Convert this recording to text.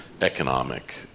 economic